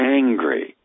angry